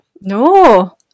No